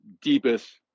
deepest